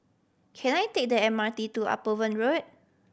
can I take the M R T to Upavon Road